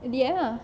D_M ah